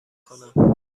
کنم